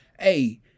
A-